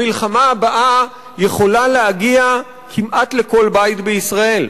המלחמה הבאה יכולה להגיע כמעט לכל בית בישראל.